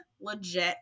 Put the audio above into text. legit